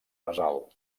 basal